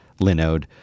Linode